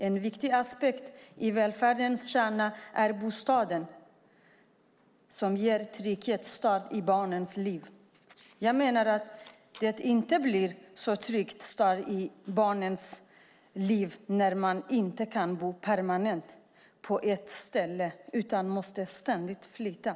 En viktig aspekt i välfärdens kärna är bostaden, som ger en trygg start i barnens liv. Jag menar att det inte blir en så trygg start i barnens liv när de inte kan bo permanent på ett ställe utan ständigt måste flytta.